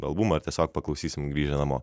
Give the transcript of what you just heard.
albumą ar tiesiog paklausysim grįžę namo